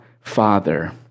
Father